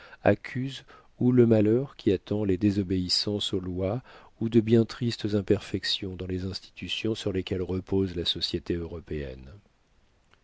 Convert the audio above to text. accuse ou le malheur qui attend les désobéissances aux lois ou de bien tristes imperfections dans les institutions sur lesquelles repose la société européenne